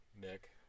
nick